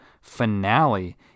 finale